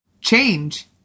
Change